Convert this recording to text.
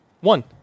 one